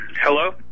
hello